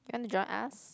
you want to join us